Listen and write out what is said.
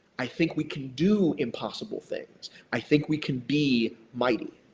i think we can do impossible things. i think we can be mighty.